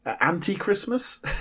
anti-Christmas